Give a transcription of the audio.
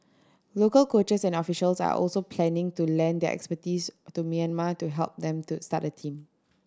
local coaches and officials are also planning to lend their expertise to Myanmar to help them to start a team